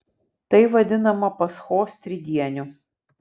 tai vadinama paschos tridieniu